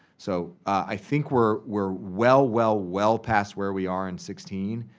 so i think we're we're well, well well past where we are in sixteen,